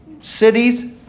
cities